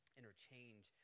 interchange